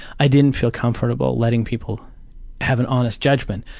i didn't feel comfortable letting people have an honest judgment.